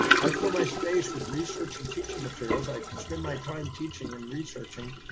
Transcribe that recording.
i fill my space with research and teaching materials. i spend my time teaching and researching.